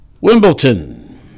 Wimbledon